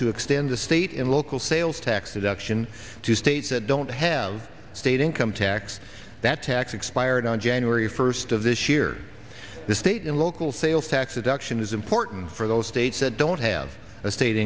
to extend the state and local sales tax deduction to states that don't have state income tax that tax expired on january first of this year the state and local sales tax adduction is important for those states that don't have a state